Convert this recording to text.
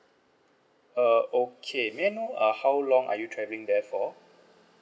uh okay may I know uh how long are you travelling there for